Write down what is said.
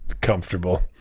comfortable